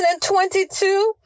2022